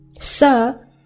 Sir